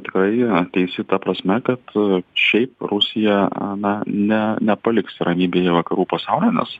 tikrai a teisi ta prasme kad šiaip rusija na ne nepaliks ramybėje vakarų pasaulio nes